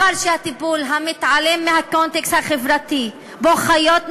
וכשהטיפול מתעלם מהקונטקסט החברתי שבו הן חיות,